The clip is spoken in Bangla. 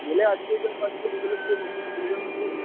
হলে আজকেই যাবো আজকে বিকালের দিকে কখন খুলবেন বলুন